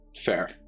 Fair